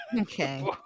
Okay